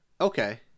Okay